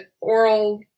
oral